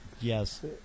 Yes